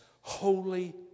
holy